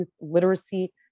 Literacy